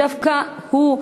דווקא הוא,